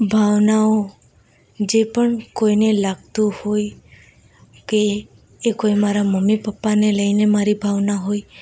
ભાવનાઓ જે પણ કોઈને લાગતું હોય કે કોઈ મારા મમ્મી પપ્પાને લઈને મારી ભાવના હોય